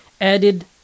Added